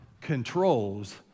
controls